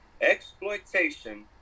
exploitation